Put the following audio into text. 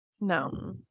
No